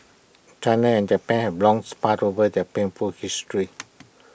China and Japan have long sparred over their painful history